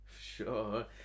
sure